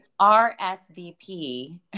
RSVP